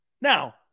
Now